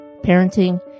parenting